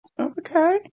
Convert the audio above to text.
okay